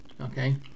okay